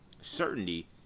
certainty